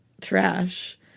trash